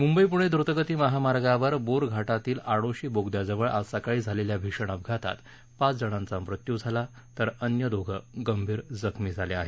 मुंबई पुणे द्रतगती मार्गावर बोर घाटातील आडोशी बोगद्याजवळ आज सकाळी झालेल्या भीषण अपघातात पाच जणांचा मृत्यू झाला तर अन्य दोघे गंभीर जखमी झाले आहेत